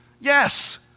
Yes